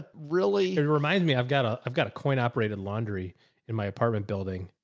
really, it reminds me i've got a, i've got a coin operated laundry in my apartment building.